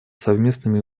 совместными